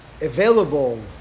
available